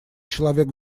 человек